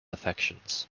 affections